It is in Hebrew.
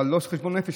לא חשבון נפש,